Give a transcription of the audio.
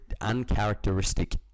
uncharacteristic